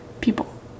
people